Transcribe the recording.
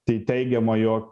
tai teigiama jog